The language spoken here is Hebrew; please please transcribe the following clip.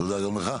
תודה גם לך.